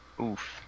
Oof